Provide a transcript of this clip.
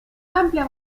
amplia